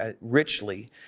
richly